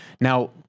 Now